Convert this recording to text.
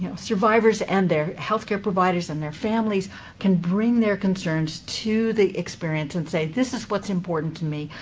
you know survivors, and their health care providers, and their families can bring their concerns to the experience and say, this is what's important to me.